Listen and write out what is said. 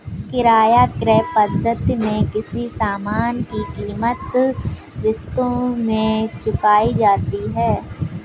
किराया क्रय पद्धति में किसी सामान की कीमत किश्तों में चुकाई जाती है